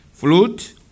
flute